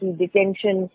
detention